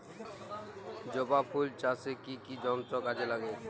জবা ফুল চাষে কি কি যন্ত্র কাজে লাগে?